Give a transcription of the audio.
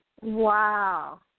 Wow